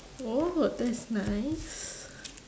oh that's nice